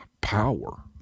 power